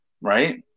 right